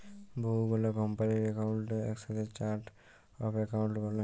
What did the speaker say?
বহু গুলা কম্পালির একাউন্টকে একসাথে চার্ট অফ একাউন্ট ব্যলে